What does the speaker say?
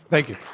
thank you.